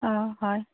অঁ হয়